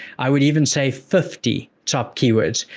i would even say fifty top keywords.